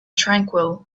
tranquil